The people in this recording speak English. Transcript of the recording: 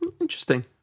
Interesting